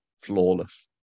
Flawless